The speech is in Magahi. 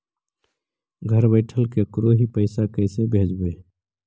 घर बैठल केकरो ही पैसा कैसे भेजबइ?